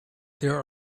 there